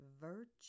Virtue